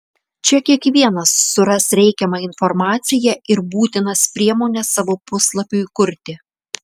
čia kiekvienas suras reikiamą informaciją ir būtinas priemones savo puslapiui kurti